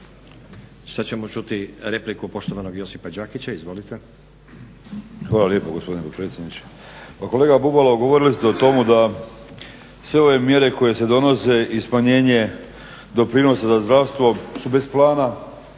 Sad ćemo čuti repliku poštovanog Josipa Đakića. Izvolite. **Đakić, Josip (HDZ)** Hvala lijepo gospodine potpredsjedniče. Pa kolega Bubalo govorili ste o tome da sve ove mjere koje se donose i smanjenje doprinosa za zdravstvo su bez plana